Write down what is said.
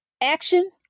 action